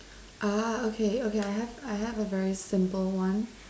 ah okay okay I have I have a very simple one